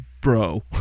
bro